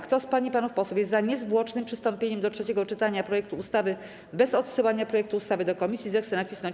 Kto z pań i panów posłów jest za niezwłocznym przystąpieniem do trzeciego czytania projektu ustawy bez odsyłania projektu ustawy do komisji, zechce nacisnąć